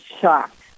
shocked